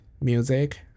music